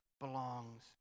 belongs